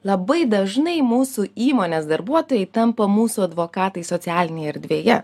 labai dažnai mūsų įmonės darbuotojai tampa mūsų advokatai socialinėje erdvėje